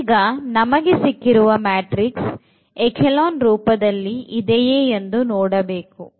ಈಗ ನಮಗೆ ಸಿಕ್ಕಿರುವ ಮ್ಯಾಟ್ರಿಕ್ಸ್ echelon ರೂಪದಲ್ಲಿ ಇದೆಯೇ ಎಂದು ನೋಡಬೇಕು